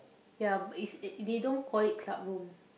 ya is it they don't call it club room